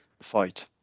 fight